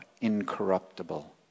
incorruptible